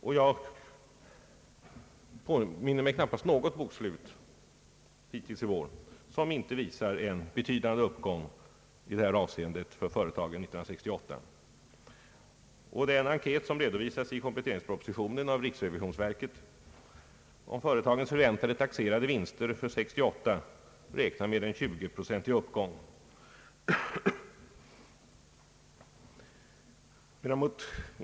Jag påminner mig knappast något bokslut hittills i vår som inte visat en betydande uppgång i det här avseendet för år 1968. Den enkät som redovisats i kompletteringspropositionen och som utförts av riksrevisionsverket om företagens förväntade taxerade vinster för 1968 visar en 20 procentig uppgång.